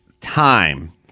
time